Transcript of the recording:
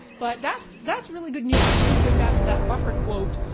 but that's that's really good news. again, going back to that buffer quote,